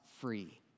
free